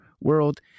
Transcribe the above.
world